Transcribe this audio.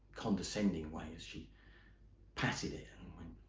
condescending way as she patted it and went